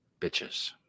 bitches